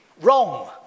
wrong